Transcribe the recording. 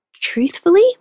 truthfully